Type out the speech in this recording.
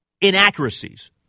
inaccuracies